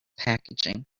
packaging